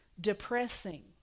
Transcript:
Depressing